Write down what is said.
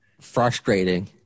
frustrating